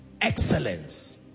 excellence